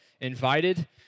invited